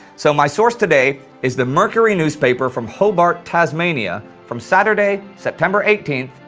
so my source today is the mercury newspaper from hobart, tasmania from saturday september eighteenth,